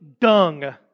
dung